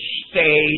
stay